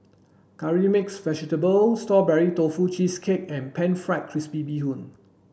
curry mixed vegetable strawberry tofu cheesecake and pan fried crispy bee hoon